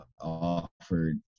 offered